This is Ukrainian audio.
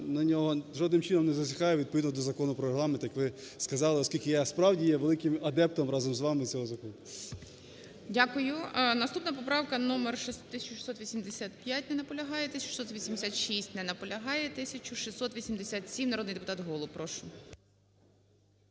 на нього жодним чином не зазіхаю відповідно до Закону про Регламент, як ви сказали, оскільки я справді є великим адептом разом з вами цього закону. ГОЛОВУЮЧИЙ. Дякую. Наступна поправка – номер 1685. Не наполягаєте. 1686-ть. Не наполягає. 1687-м, народний депутат Голуб. Прошу.